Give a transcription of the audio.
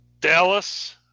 Dallas